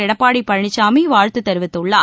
எடப்பாடி பழனிசாமி வாழ்த்து தெரிவித்துள்ளார்